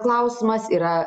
klausimas yra